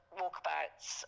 walkabouts